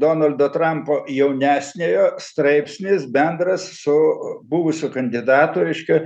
donaldo trampo jaunesniojo straipsnis bendras su buvusiu kandidatu reiškia